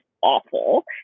awful